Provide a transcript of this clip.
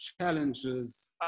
challenges